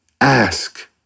ask